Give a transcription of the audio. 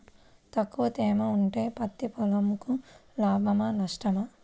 తక్కువ తేమ ఉంటే పత్తి పొలంకు లాభమా? నష్టమా?